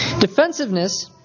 Defensiveness